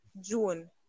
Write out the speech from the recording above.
June